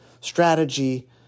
strategy